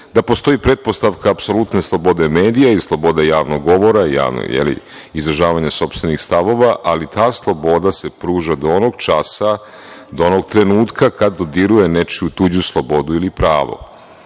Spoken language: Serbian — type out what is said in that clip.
da postoji pretpostavka apsolutno slobode medija i slobode javnog govora, javnog izražavanja sopstvenih stavova, ali ta sloboda se pruža do onog časa, do onog trenutka kada dodiruje nečiju tuđu slobodu ili pravo.